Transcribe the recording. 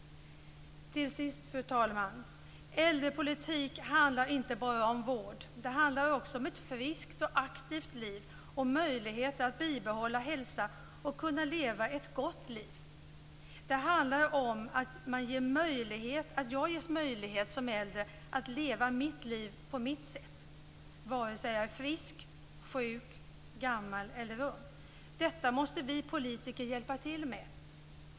Till sist, fru talman, handlar äldrepolitik inte bara om vård. Det handlar också om ett friskt och aktivt liv, om möjligheterna att bibehålla hälsan och kunna leva ett gott liv. Det handlar om att jag som äldre ges möjlighet att leva mitt liv på mitt sätt, vare sig jag är frisk, sjuk eller gammal. Detta måste vi politiker hjälpa till med.